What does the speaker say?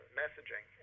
messaging